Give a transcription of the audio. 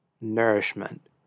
nourishment